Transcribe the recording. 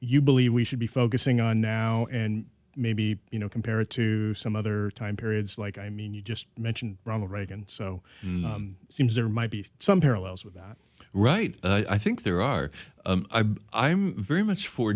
you believe we should be focusing on now and maybe you know compare it to some other time periods like i mean you just mentioned ronald reagan so it seems there might be some parallels with that right i think there are i'm very much for